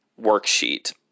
worksheet